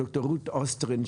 ד"ר רות אסטרין,